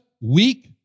weak